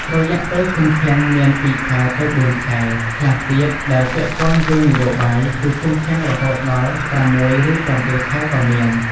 រយៈពេលឃុំឃាំងមាន ២ខែទៅ៤ខែ ខ្លះទៀតដែលពាក់ព័ន្ធរឿងនយោបាយគឺឃុំឃាំងរហូតដល់៦ ឬ ៧ខែក៏មាន។